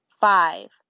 Five